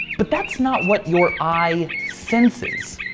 but that's not what your eye senses.